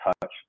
touch